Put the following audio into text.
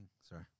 Sorry